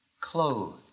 clothed